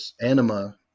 anima